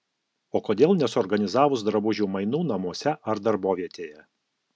o kodėl nesuorganizavus drabužių mainų namuose ar darbovietėje